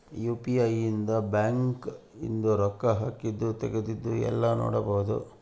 UPI ಇಂದ bank ಇಂದು ರೊಕ್ಕ ಹಾಕಿದ್ದು ತೆಗ್ದಿದ್ದು ಯೆಲ್ಲ ನೋಡ್ಬೊಡು